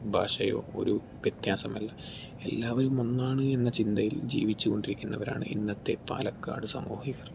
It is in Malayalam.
ഭാഷയോ ഒരു വ്യത്യാസമല്ല എല്ലാവരും ഒന്നാണ് എന്ന ചിന്തയിൽ ജീവിച്ചു കൊണ്ടിരിക്കുന്നവരാണ് ഇന്നത്തെ പാലക്കാട് സമൂഹം ഇവർ